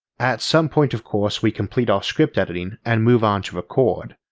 at some point of course we complete our script editing and move on to record.